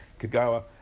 kagawa